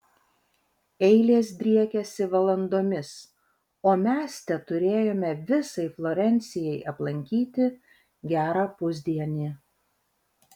eilės driekiasi valandomis o mes teturėjome visai florencijai aplankyti gerą pusdienį